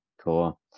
Cool